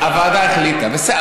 הוועדה החליטה, בסדר.